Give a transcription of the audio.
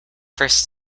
first